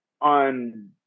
on